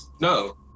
No